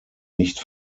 nicht